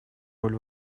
роль